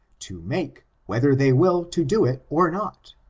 to make, whether they will to do it or not.